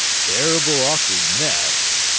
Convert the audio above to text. terrible awk'ard mess,